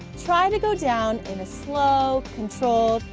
try to go down in a slow, controlled,